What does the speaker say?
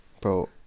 Bro